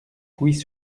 pouilly